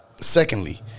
Secondly